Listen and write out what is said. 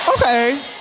Okay